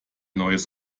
neues